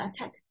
attack